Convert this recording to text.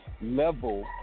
level